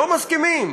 לא מסכימים